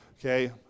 Okay